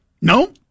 No